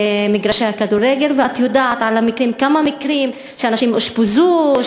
ואת יודעת על כמה מקרים שאנשים אושפזו,